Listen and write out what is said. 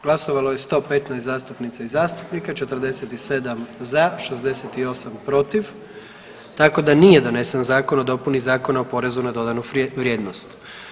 Glasovalo je 115 zastupnica i zastupnika, 47 za, 68 protiv, tako da nije donesen Zakon o dopuni Zakona o porezu na dodanu vrijednost.